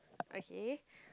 okay